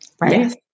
Right